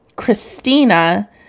Christina